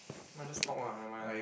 mind just talk lah nevermind